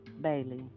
bailey